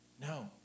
No